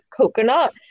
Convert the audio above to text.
coconut